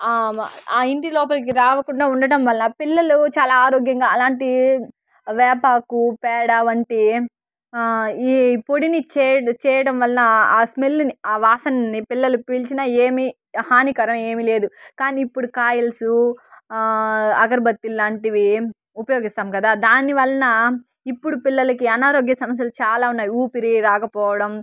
ఆ ఇంటి లోపలికి రాకుండా ఉండటం వల్ల పిల్లలు చాలా ఆరోగ్యంగా అలాంటి వేపాకు పేడ వంటి ఈ పొడిని చేయ చేయడం వల్ల ఆ స్మెల్ని ఆ వాసనని పిల్లలు పీల్చిన ఏమి హానికరం ఏమీ లేదు కానీ ఇప్పుడు కాయలుసు అగర్బత్తిలాంటివి ఉపయోగిస్తాం కదా దాని వలన ఇప్పుడు పిల్లలకి అనారోగ్య సమస్యలు చాలా ఉన్నాయి ఊపిరి రాకపోవడం